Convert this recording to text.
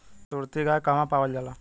सुरती गाय कहवा पावल जाला?